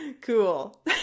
Cool